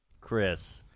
Chris